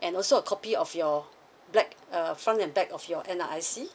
and also a copy of your black uh front and back of your N_R_I_C